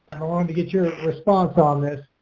i don't want to get your response on this.